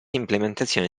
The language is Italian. implementazione